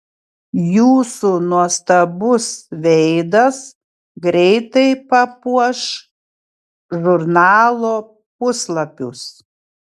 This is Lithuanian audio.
jūsų nuostabus veidas greitai papuoš žurnalo puslapius